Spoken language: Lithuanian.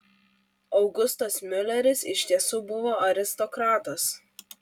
augustas miuleris iš tiesų buvo aristokratas